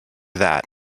that